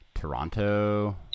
Toronto